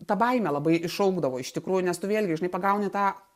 tą baimę labai iššaukdavo iš tikrųjų nes tu vėlgi žinai pagauni tą